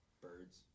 Birds